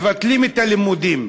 מבטלים את הלימודים?